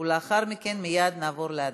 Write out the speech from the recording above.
ולאחר מכן מייד נעבור להצבעה.